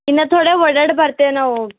ಇನ್ನ ತೋಡೆ ಓಡೋಡಿ ಬರ್ತೇವೆ ನಾವು